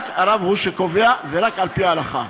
רק הרב הוא שקובע, ורק על-פי ההלכה.